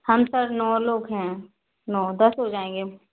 हम सर नौ लोग हैं नौ दस हो जाएँगे